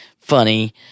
funny